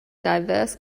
diverse